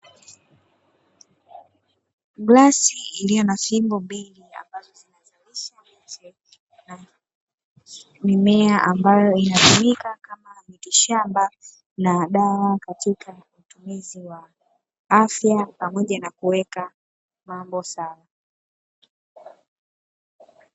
Blast iliyo na fimbo bi mea ambayo inatumika kama shamba na dawa katika matumizi ya afya pamoja na kuweka mambo sawa